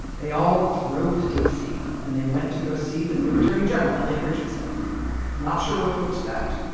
they all drove to dc and they went to go see the new attorney general elliot richardson not sure what to expect.